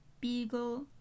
Beagle